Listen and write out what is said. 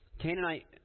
Canaanite